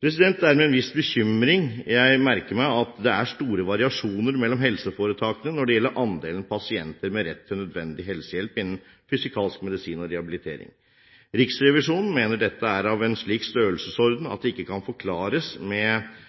Det er med en viss bekymring jeg merker meg at det er store variasjoner mellom helseforetakene når det gjelder andelen pasienter med rett til nødvendig helsehjelp innen fysikalsk medisin og rehabilitering. Riksrevisjonen mener dette er av en slik størrelsesorden at det ikke kan forklares med